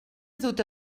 duta